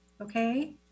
okay